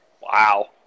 wow